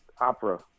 opera